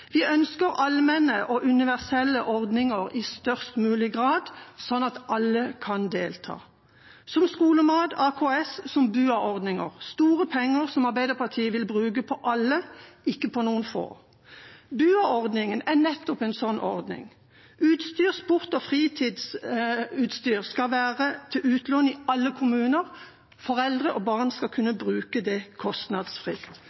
Vi ønsker allmenne og universelle ordninger i størst mulig grad, som skolemat, AKS og BUA-ordninger, sånn at alle kan delta – store penger som Arbeiderpartiet vil bruke på alle, ikke på noen få. BUA-ordningen er nettopp en sånn ordning. Sports- og fritidsutstyr skal være til utlån i alle kommuner. Foreldre og barn skal